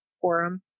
forum